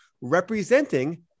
representing